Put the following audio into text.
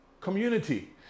Community